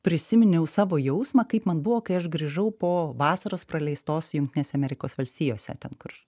prisiminiau savo jausmą kaip man buvo kai aš grįžau po vasaros praleistos jungtinėse amerikos valstijose ten kur